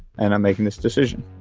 and i'm making this decision.